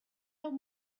out